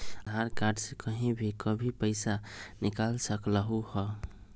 आधार card से कहीं भी कभी पईसा निकाल सकलहु ह?